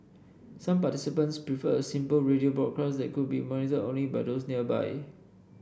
some participants preferred a simple radio broadcast that could be monitored only by those nearby